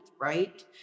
right